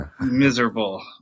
miserable